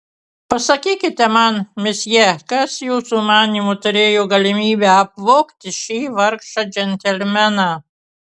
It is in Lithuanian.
pasakykite man mesjė kas jūsų manymu turėjo galimybę apvogti šį vargšą džentelmeną